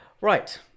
right